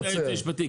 אדוני היועץ המשפטי,